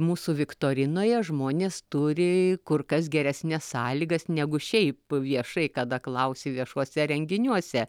mūsų viktorinoje žmonės turi kur kas geresnes sąlygas negu šiaip viešai kada klausi viešuose renginiuose